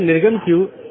यह महत्वपूर्ण है